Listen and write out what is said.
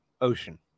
ocean